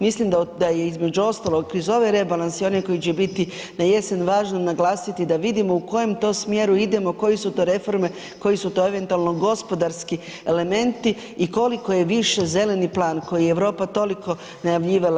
Mislim da je, između ostaloga i uz ovaj rebalans i onaj koji će biti na jesen, važno naglasiti da vidimo u kojem to smjeru idemo, koje su to reforme, koji su to eventualno gospodarski elementi i koliko je više Zeleni plan koji je Europa toliko najavljivala.